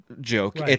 joke